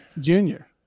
Junior